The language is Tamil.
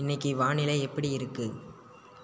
இன்னைக்கு வானிலை எப்படி இருக்கு